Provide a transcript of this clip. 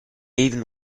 even